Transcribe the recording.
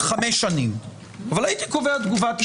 חמש שנים, אבל הייתי קובע תקופת מעבר.